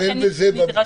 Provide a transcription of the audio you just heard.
אז נטפל בזה במסגרת.